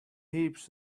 heaps